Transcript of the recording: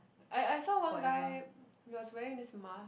I I saw one guy he was wearing this mask